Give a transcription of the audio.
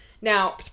Now